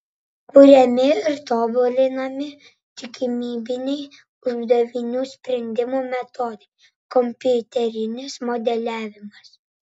kuriami ir tobulinami tikimybiniai uždavinių sprendimo metodai kompiuterinis modeliavimas